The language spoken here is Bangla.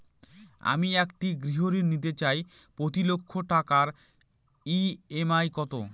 আমি একটি গৃহঋণ নিতে চাই প্রতি লক্ষ টাকার ই.এম.আই কত?